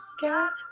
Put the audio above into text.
got